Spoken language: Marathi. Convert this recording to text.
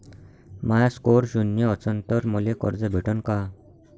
माया स्कोर शून्य असन तर मले कर्ज भेटन का?